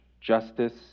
justice